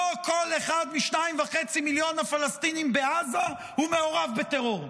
לא כל אחד מ-2.5 מיליון הפלסטינים בעזה הוא מעורב בטרור.